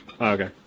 Okay